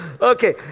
Okay